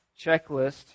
checklist